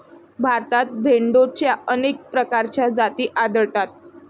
भारतात भेडोंच्या अनेक प्रकारच्या जाती आढळतात